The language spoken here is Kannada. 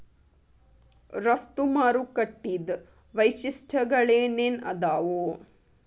ರಫ್ತು ಮಾರುಕಟ್ಟಿದ್ ವೈಶಿಷ್ಟ್ಯಗಳೇನೇನ್ ಆದಾವು?